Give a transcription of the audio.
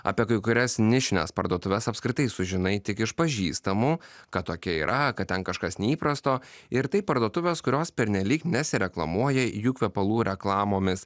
apie kai kurias nišines parduotuves apskritai sužinai tik iš pažįstamų kad tokia yra kad ten kažkas neįprasto ir taip parduotuvės kurios pernelyg nesireklamuoja jų kvepalų reklamomis